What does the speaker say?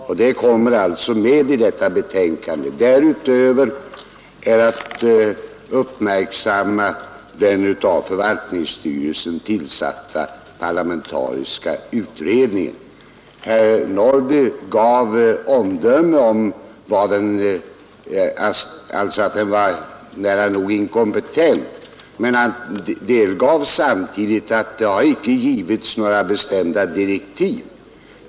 Den frågan tas alltså upp i det kommande betänkandet. Därutöver bör uppmärksammas den av förvaltningsstyrelsen tillsatta parlamentariska utredningen. Herr Norrby i Åkersberga gav det omdömet att den var nära nog inkompetent, men han medgav samtidigt att den icke har givits några bestämda direktiv.